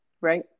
Right